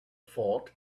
fort